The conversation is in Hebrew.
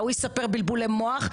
הוא יספר בלבולי מוח,